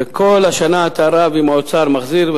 וכל השנה אתה רב עם האוצר, מחזיר.